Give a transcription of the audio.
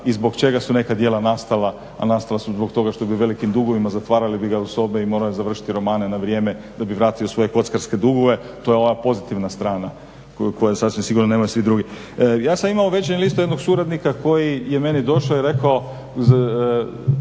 i zbog čega su neka djela nastala, a nastala su zbog toga što je bio u velikim dugovima. Zatvarali bi ga u sobe i morao je završiti romane na vrijeme da bi vratio svoje kockarske dugove. To je ova pozitivna strana koju sasvim sigurno nemaju svi drugi. Ja sam imao u Večernjem listu jednog suradnika koji je meni došao i rekao